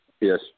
Yes